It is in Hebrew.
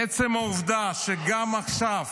עצם העובדה שגם עכשיו